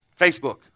Facebook